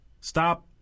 Stop